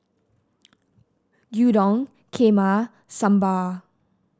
Gyudon Kheema Sambar